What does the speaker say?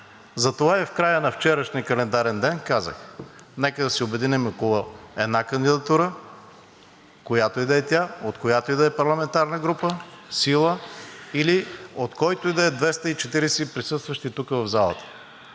Затова и в края на вчерашния календарен ден казах: нека да се обединим около една кандидатура, която и да е тя, от която и да е парламентарна група, сила, или от който и да е от 240-те присъстващи тук в залата!